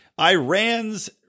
Iran's